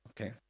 okay